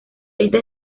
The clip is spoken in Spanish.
esta